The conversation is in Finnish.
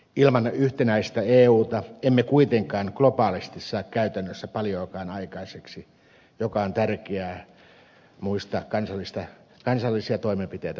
ilman yhtenäistä euta emme kuitenkaan globaalisti saa käytännössä paljoakaan aikaiseksi mikä on tärkeää muistaa kansallisia toimenpiteitä tehtäessä